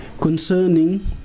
concerning